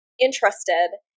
interested